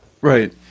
right